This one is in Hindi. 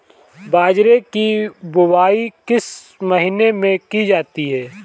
बाजरे की बुवाई किस महीने में की जाती है?